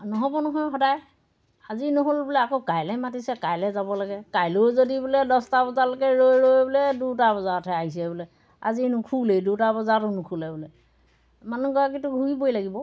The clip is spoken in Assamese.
নহ'ব নহয় সদায় আজি নহ'ল বোলে আকৌ কাইলৈ মাতিছে কাইলৈ যাব লাগে কাইলৈও যদি বোলে দছটা বজালৈকে ৰৈ ৰৈ বোলে দুটা বজাতহে আহিছে বোলে আজি নোখোলেই দুটা বজাতো নোখোলে বোলে মানুহগৰাকীতো ঘূৰিবই লাগিব